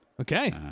Okay